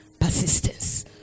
Persistence